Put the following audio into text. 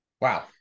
Wow